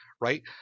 Right